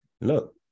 Look